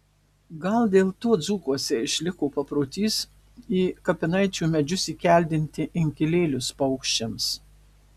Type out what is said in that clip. gal dėl to dzūkuose išliko paprotys į kapinaičių medžius įkeldinti inkilėlius paukščiams